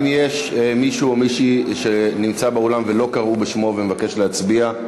האם יש מישהו או מישהי שנמצא באולם ולא קראו בשמו ומבקש להצביע?